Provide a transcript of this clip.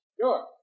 sure